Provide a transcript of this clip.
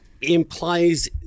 implies